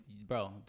Bro